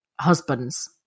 husbands